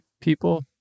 people